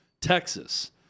Texas